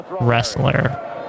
Wrestler